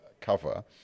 cover